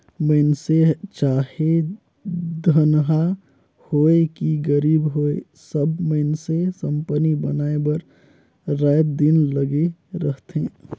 मइनसे चाहे धनहा होए कि गरीब होए सब मइनसे संपत्ति बनाए बर राएत दिन लगे रहथें